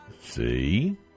See